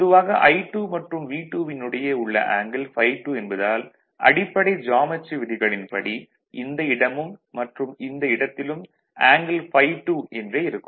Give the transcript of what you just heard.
பொதுவாக I2 மற்றும் V2 வின் இடையே உள்ள ஆங்கிள் ∅2 என்பதால் அடிப்படை ஜியாமெட்ரி விதிகளின் படி இந்த இடமும் மற்றும் இந்த இடத்திலும் ஆங்கிள் ∅2 என்றே இருக்கும்